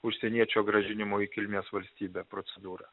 užsieniečio grąžinimo į kilmės valstybę procedūra